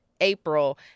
April